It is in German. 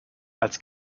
als